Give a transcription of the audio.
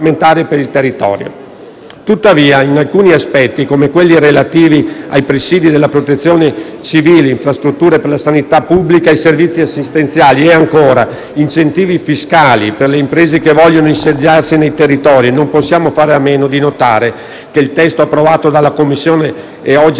Tuttavia, in alcuni aspetti, come quelli relativi ai presidi della Protezione civile, alle infrastrutture per la sanità pubblica e ai servizi assistenziali, agli incentivi fiscali per le imprese che vogliono insediarsi nei territori, non possiamo fare a meno di notare che il testo approvato dalla Commissione e oggi all'esame dell'Assemblea risulta indebolito